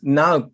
now